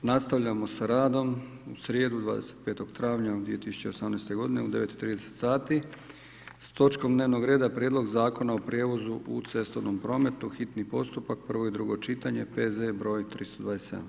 Nastavljamo sa radom u srijedu 25. travnja 2018. u 9,30 sati s točkom dnevnog reda Prijedlog Zakona o prijevozu u cestovnom prometu, hitni postupak, prvo i drugo čitanje, P.Z. broj 327.